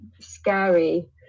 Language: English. scary